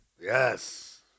Yes